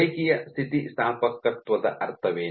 ರೇಖೀಯ ಸ್ಥಿತಿಸ್ಥಾಪಕತ್ವದ ಅರ್ಥವೇನು